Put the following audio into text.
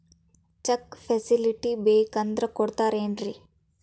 Check facility ಬೇಕಂದ್ರ ಕೊಡ್ತಾರೇನ್ರಿ?